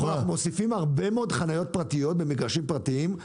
אנחנו מוסיפים הרבה מאוד חניות פרטיות במגרשים פרטיים,